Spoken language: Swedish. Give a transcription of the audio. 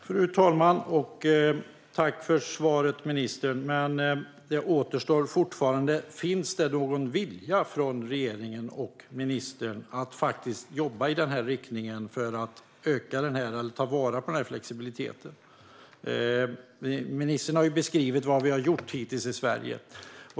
Fru talman! Tack för svaret, ministern! Men en fråga återstår: Finns det någon vilja från regeringen och ministern att jobba för att ta vara på denna flexibilitet? Ministern har beskrivit vad vi hittills har gjort i Sverige.